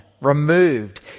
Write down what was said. removed